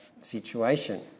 situation